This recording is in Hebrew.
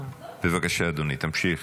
בבקשה, אדוני, תמשיך.